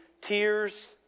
tears